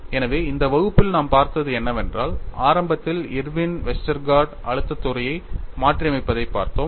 எனவே இந்த வகுப்பில் நாம் பார்த்தது என்னவென்றால் ஆரம்பத்தில் இர்வின் வெஸ்டர்கார்டின் Westergaard's அழுத்தத் துறையை மாற்றியமைத்ததைப் பார்த்தோம்